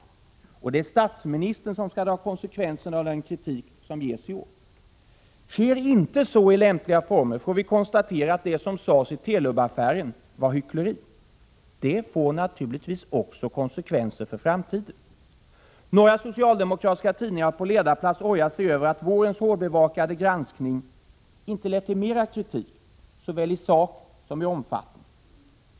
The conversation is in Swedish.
Det är statsministern som skall dra konsekvenserna av den kritik som ges i år. Sker inte så i lämpliga former, får vi konstatera att det som sades i Telubaffären var hyckleri. Det får naturligtvis också konsekvenser för framtiden. Några socialdemokratiska tidningar har på ledarplats ojat sig över att vårens hårdbevakade granskning inte har lett till mera kritik, vare sig i sak eller i omfattning.